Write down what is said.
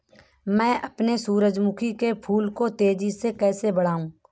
मैं अपने सूरजमुखी के फूल को तेजी से कैसे बढाऊं?